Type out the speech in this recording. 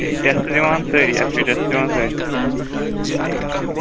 ٹھیٖک ٹیٚسٹ دِوان سٲری اَچھا ٹیٚسٹ دِوان سٲری ٹھیٖک ٹھیٖک